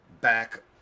back